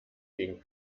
gegen